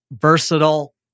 versatile